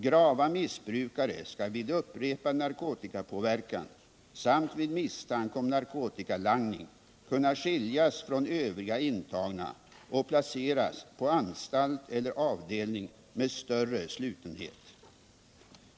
Grava missbrukare skall vid upprepad narkotikapåverkan samt vid misstanke om narkotikalangning kunna skiljas från övriga intagna och placeras på anstalt eller avdelning med större slutenhet.